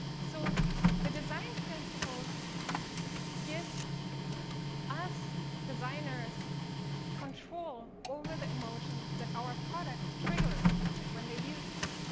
so the design principles give us designers control over the emotions that our products trigger in people when they use them.